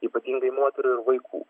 ypatingai moterų ir vaikų